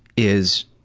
is